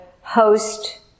host